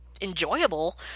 enjoyable